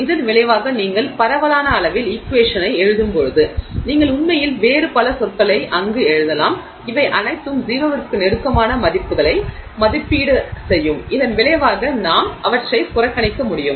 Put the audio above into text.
இதன் விளைவாக நீங்கள் பரளவான அளவில் ஈக்வேஷனை எழுதும்போது நீங்கள் உண்மையில் வேறு பல சொற்களை அங்கு எழுதலாம் இவை அனைத்தும் 0 க்கு நெருக்கமான மதிப்புகளை மதிப்பீடு செய்யும் இதன் விளைவாக நாம் அவற்றை புறக்கணிக்க முடியும்